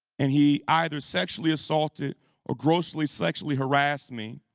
and he either sexually assaulted or grossly sexually harassed me.